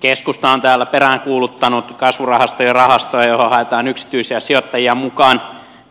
keskusta on täällä peräänkuuluttanut kasvurahastojen rahastoja johon haetaan yksityisiä sijoittajia mukaan